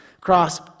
cross